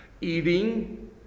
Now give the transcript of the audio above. Eating